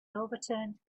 overturned